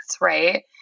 right